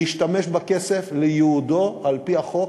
להשתמש בכסף לייעודו על-פי החוק,